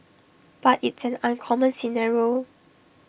but it's an uncommon scenario